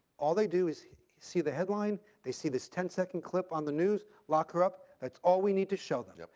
all they do is see the headline, they see this ten second clip on the news lock her up, that's all we need to show them. yep.